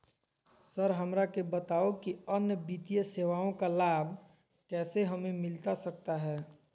Sir हमरा के बताओ कि अन्य वित्तीय सेवाओं का लाभ कैसे हमें मिलता सकता है?